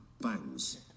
bangs